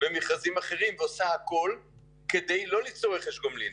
ומכרזים אחרים ועושה הכול כדי לא ליצור רכש גומלין.